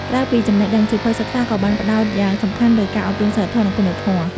ក្រៅពីចំណេះដឹង សៀវភៅសិក្សាក៏បានផ្ដោតយ៉ាងសំខាន់លើការអប់រំសីលធម៌ និងគុណធម៌។